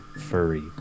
furry